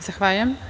Zahvaljujem.